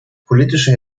politische